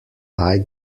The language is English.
eye